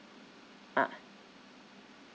ah